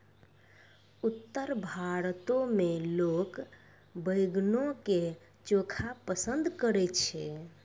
उत्तर भारतो मे लोक बैंगनो के चोखा पसंद करै छै